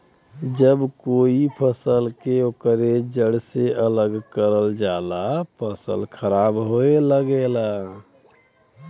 जब कोई फसल के ओकरे जड़ से अलग करल जाला फसल खराब होये लगला